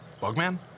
Bugman